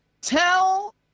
tell